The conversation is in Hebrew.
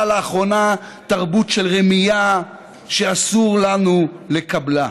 לאחרונה תרבות של רמייה שאסור לנו לקבלה.